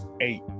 eight